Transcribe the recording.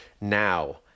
now